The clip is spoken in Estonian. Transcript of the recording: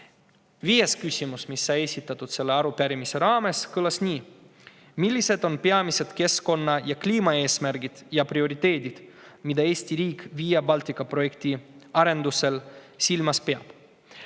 küsimus, mis sai esitatud selles arupärimises, kõlab nii: "Millised on peamised keskkonna ja kliimaeesmärgid ja prioriteedid, mida Eesti riik Via Baltica projekti arendusel silmas peab."